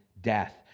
death